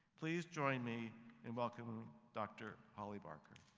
please join me in welcoming dr. holly barker.